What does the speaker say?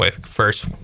first